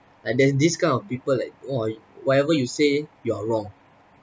and then this kind of people like !wah! whatever you say you are wrong